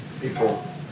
People